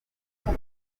iki